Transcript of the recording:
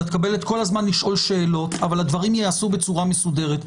אתה תקבל את כל הזמן לשאול שאלות אבל הדברים ייעשו בצורה מסודרת.